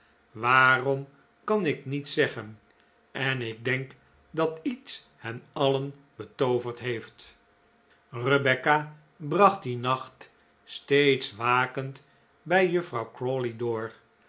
waarom kan ik niet zeggen en ik denk dat iets hen alien betooverd heeft i rebecca bracht dien nacht steeds wakend bij juffrouw crawley door